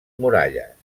muralles